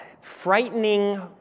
frightening